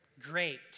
great